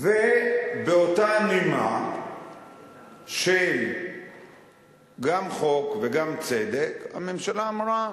באותה נימה של גם חוק וגם צדק, הממשלה אמרה: